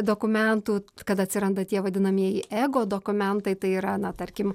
dokumentų kad atsiranda tie vadinamieji ego dokumentai tai yra na tarkim